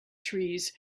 trees